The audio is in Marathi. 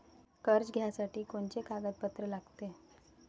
कर्ज घ्यासाठी कोनचे कागदपत्र लागते?